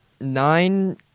nine